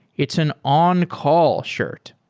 it's an on-call shirt.